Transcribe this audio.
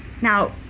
Now